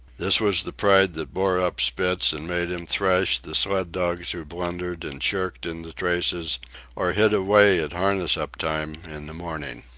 this was the pride that bore up spitz and made him thrash the sled-dogs who blundered and shirked in the traces or hid away at harness-up time in the morning.